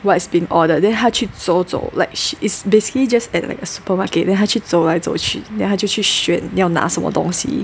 what's been ordered then 她去走走 like she is basically just at like a supermarket then 她去走来走去 then 她就去选要拿什么东西